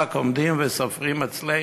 רק עומדים וסופרים אצלנו,